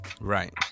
Right